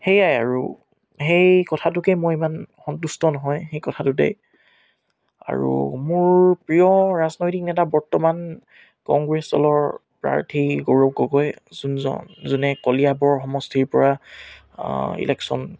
সেয়াই আৰু সেই কথাটোকে মই ইমান সন্তষ্ট নহয় সেই কথাটোতে আৰু মোৰ প্ৰিয় ৰাজনৈতিক নেতা বৰ্তমান কংগ্ৰেছ দলৰ প্ৰাৰ্থী গৌৰৱ গগৈ যোনজন যোনে কলিয়াবৰ সমষ্টিৰ পৰা ইলেকশ্যন